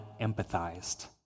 empathized